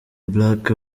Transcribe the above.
black